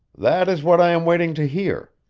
that is what i am waiting to hear.